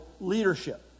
leadership